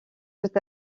tout